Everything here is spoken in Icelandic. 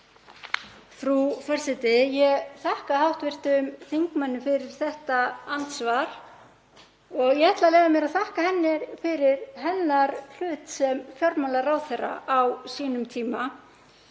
Frú forseti. Ég þakka hv. þingmanni fyrir þetta andsvar. Ég ætla að leyfa mér að þakka henni fyrir hennar hlut sem fjármálaráðherra á sínum tíma.